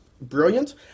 brilliant